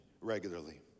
regularly